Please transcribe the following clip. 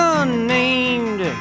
unnamed